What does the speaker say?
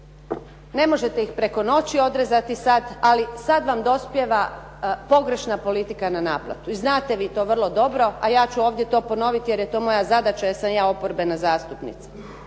Ne možete ih preko noći odrezati sada, ali sada vam dospijeva pogrešna politika na naplatu. I znate vi to vrlo dobro, a ja ću to ponoviti jer je to moja zadaća jer sam ja oporbena zastupnica.